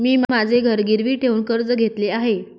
मी माझे घर गिरवी ठेवून कर्ज घेतले आहे